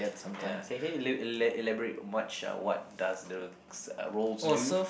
ya can you ela~ ela~ elaborate much what does the roles do